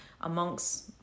amongst